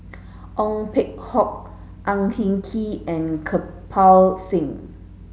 Ong Peng Hock Ang Hin Kee and Kirpal Singh